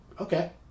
okay